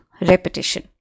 repetition